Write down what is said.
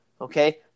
Okay